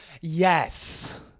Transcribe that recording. Yes